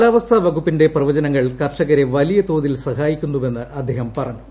കാലാവസ്ഥാ വകുപ്പിന്റെ പ്രവചനങ്ങൾ കർഷകരെ വലിയ തോതിൽ സഹായിക്കുന്നുവെന്ന് അദ്ദേഹം പറഞ്ഞു